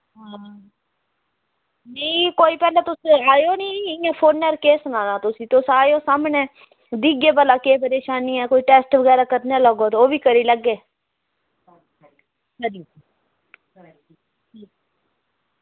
आं नेईं पैह्लें तुस आयो नी ते इंया फोनै र केह् सनाना तुसेंगी तुस आयो सामनै दिक्खगे भला केह् परेशानी ऐ कोई टेस्ट कराने गी लग्गगे ते भला केह् परेशानी ऐ खरी